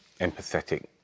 empathetic